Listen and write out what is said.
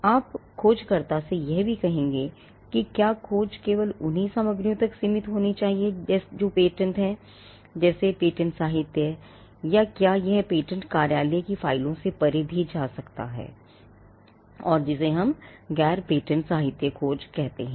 आप खोजकर्ता से यह भी कहेंगे कि क्या खोज केवल उन्हीं सामग्रियों तक सीमित होनी चाहिए जो पेटेंट हैं जैसे पेटेंट साहित्य या क्या यह पेटेंट कार्यालय की फाइलों से परे भी जा सकता है और जिसे हम गैर पेटेंट साहित्य खोज कहते हैं